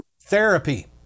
Therapy